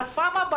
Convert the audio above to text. דרך אגב,